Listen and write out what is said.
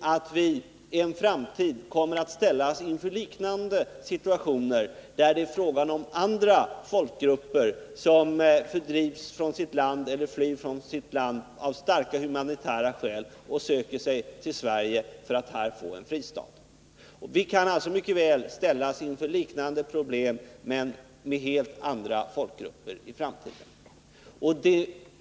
att vi i en framtid kommer att ställas inför liknande situationer, där det är fråga om andra folkgrupper som fördrivs eller flyr från sitt land och där det finns starka humanitära skäl, när de söker sig till Sverige för att här få en fristad. Vi kan alltså mycket väl ställas inför liknande problem, men där det är fråga om andra folkgrupper i framtiden.